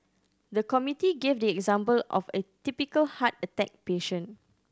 the committee gave the example of a typical heart attack patient